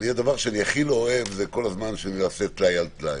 הדבר שאני הכי לא אוהב הוא שנעשה דברים טלאי על טלאי.